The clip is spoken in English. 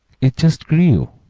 it just grew,